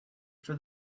for